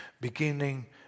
Beginning